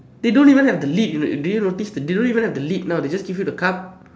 they don't even have the lid you know do you notice they don't even have the lid now they just give you the cup